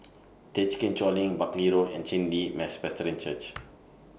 Thekchen Choling Buckley Road and Chen Li Presbyterian Church